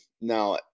Now